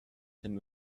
him